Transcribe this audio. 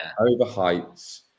overhyped